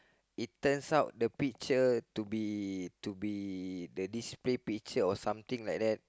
it turns out the picture to be to be the display picture or something like that